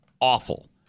awful